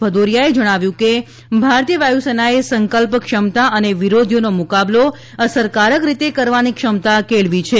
ભદૌરીયાએ જણાવ્યુંકે ભારતીય વાયુસેનાએ સંકલ્પ ક્ષમતા અને વિરોધીઓનો મુકાબલો અસરકારક રીતે કરવાની ક્ષમતા કેળવી છે